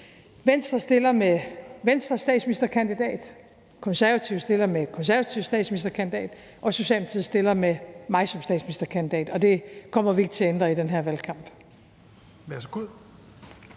Venstre stiller med Venstres statsministerkandidat, Konservative stiller med Konservatives statsministerkandidat, og Socialdemokratiet stiller med mig som statsministerkandidat, og det kommer vi ikke til at ændre i den her valgkamp.